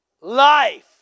life